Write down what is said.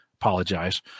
apologize